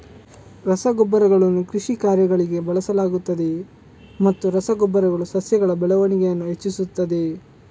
ರಸಗೊಬ್ಬರಗಳನ್ನು ಕೃಷಿ ಕಾರ್ಯಗಳಿಗೆ ಬಳಸಲಾಗುತ್ತದೆಯೇ ಮತ್ತು ರಸ ಗೊಬ್ಬರಗಳು ಸಸ್ಯಗಳ ಬೆಳವಣಿಗೆಯನ್ನು ಹೆಚ್ಚಿಸುತ್ತದೆಯೇ?